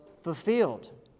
fulfilled